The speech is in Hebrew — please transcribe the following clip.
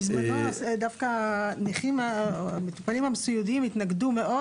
בזמנו דווקא המטופלים הסיעודיים התנגדו מאוד,